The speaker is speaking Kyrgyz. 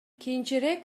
кийинчерээк